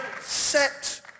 set